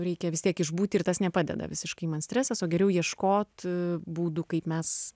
reikia vis tiek išbūti ir tas nepadeda visiškai man streso geriau ieškot būdų kaip mes